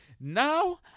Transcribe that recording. Now